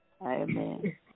Amen